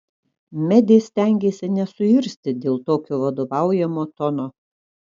medė stengėsi nesuirzti dėl tokio vadovaujamo tono